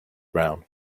brown